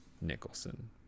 Nicholson